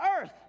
Earth